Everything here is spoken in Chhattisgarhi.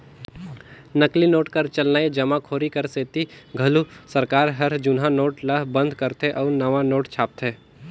नकली नोट कर चलनए जमाखोरी कर सेती घलो सरकार हर जुनहा नोट ल बंद करथे अउ नावा नोट छापथे